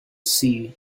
sea